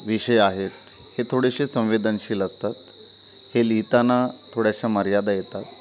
विषय आहेत हे थोडेसे संवेदनशील असतात ते लिहिताना थोड्याशा मर्यादा येतात